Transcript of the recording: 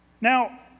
Now